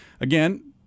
again